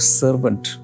servant